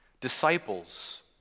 Disciples